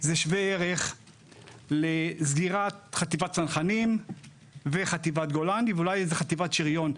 זה שווה ערך לסגירת חטיבת צנחנים וחטיבת גולני ואולי חטיבת שריון.